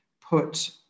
put